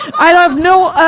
i don't know.